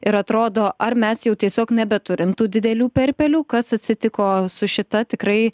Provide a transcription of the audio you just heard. ir atrodo ar mes jau tiesiog nebeturime tų didelių perpelių kas atsitiko su šita tikrai